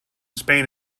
spain